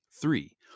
Three